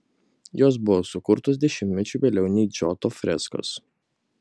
jos buvo sukurtos dešimtmečiu vėliau nei džoto freskos